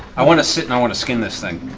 i want to sit, and i want to skin this thing.